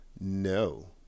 no